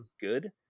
good